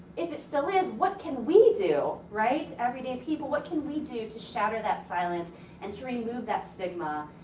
if it still is, what can we do, right? every day people what can we do to shatter that silence and to remove that stigma?